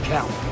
Count